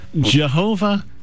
Jehovah